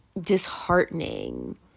disheartening